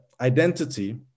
identity